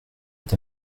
est